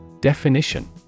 Definition